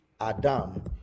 adam